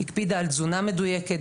היא הקפידה על תזונה מדויקת,